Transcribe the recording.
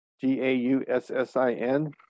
G-A-U-S-S-I-N